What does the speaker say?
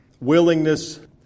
willingness